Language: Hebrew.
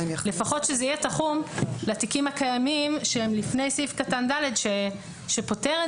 לפחות שזה יהיה תחום לתיקים הקיימים שהם לפני סעיף קטן (ד) שפותר את